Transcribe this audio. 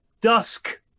Dusk